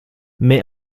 mais